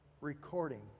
recording